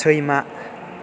सैमा